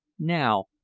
now,